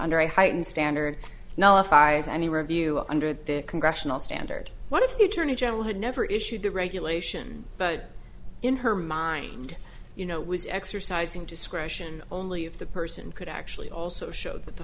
under a heightened standard now as far as any review under the congressional standard what if the attorney general had never issued the regulation but in her mind you know was exercising discretion only if the person could actually also show that the